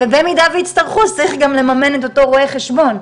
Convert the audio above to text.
ובמידה ויצטרכו צריך גם לממן את אותו רואה חשבון.